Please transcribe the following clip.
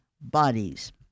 bodies